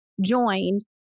joined